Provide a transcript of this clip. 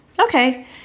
Okay